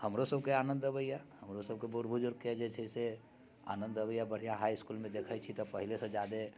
हमरोसभके आनन्द अबैए हमरोसभके बूढ़ बुजुर्गके जे छै से आनन्द अबैए बढ़िआँ हाइ इस्कुलमे देखैत छी तऽ पहिलेसँ ज्यादे